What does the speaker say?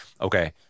Okay